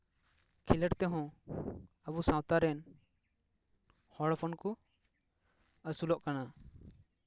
ᱠᱷᱮᱞᱳᱰ ᱛᱮᱦᱚᱸ ᱟᱵᱚ ᱥᱟᱶᱛᱟ ᱨᱮᱱ ᱦᱚᱲ ᱦᱚᱯᱚᱱ ᱠᱚ ᱟᱹᱥᱩᱞᱚᱜ ᱠᱟᱱᱟ